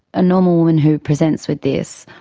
a normal woman who presents with this,